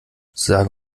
sage